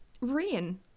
rain